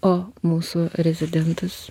o mūsų rezidentas